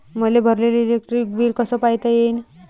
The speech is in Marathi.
मले भरलेल इलेक्ट्रिक बिल कस पायता येईन?